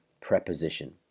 preposition